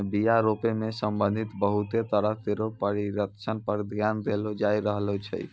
बीया रोपै सें संबंधित बहुते तरह केरो परशिक्षण पर ध्यान देलो जाय रहलो छै